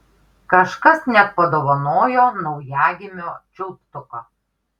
kažkas net padovanojo naujagimio čiulptuką